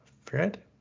Fred